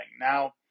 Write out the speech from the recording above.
Now